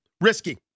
Risky